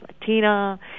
Latina